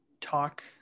talk